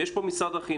יש פה את משרד החינוך.